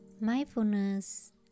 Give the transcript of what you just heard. mindfulness